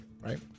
Right